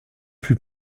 plus